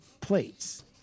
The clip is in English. plates